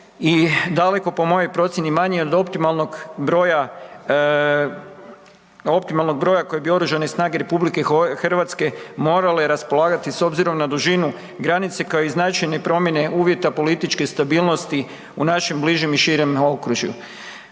i daleko, po mojoj procijeni, manji od optimalnog broja, optimalnog broja kojim bi oružane snage RH morale raspolagati s obzirom na dužinu granice kao i značajne promjene uvjeta političke stabilnosti u našem bližem i širem naokružju.